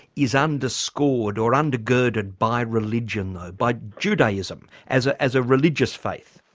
is underscored or undergirded by religion though? by judaism as as a religious faith?